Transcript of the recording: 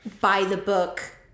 by-the-book